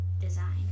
design